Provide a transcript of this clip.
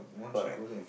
correct